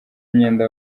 imyenda